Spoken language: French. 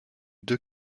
deux